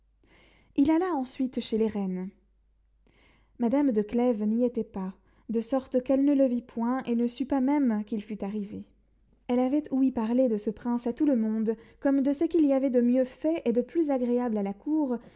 il alla ensuite chez les reines madame de clèves n'y était pas de sorte qu'elle ne le vit point et ne sut pas même qu'il fût arrivé elle avait ouï parler de ce prince à tout le monde comme de ce qu'il y avait de mieux fait et de plus agréable à la cour